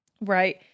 Right